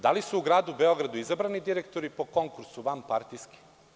Da li su u Gradu Beogradu izabrani direktori po konkursu vanpartijski?